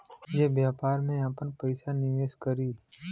जे व्यापार में आपन पइसा निवेस करी